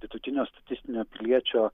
vidutinio statistinio piliečio